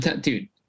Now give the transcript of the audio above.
Dude